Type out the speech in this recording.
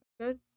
good